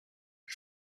his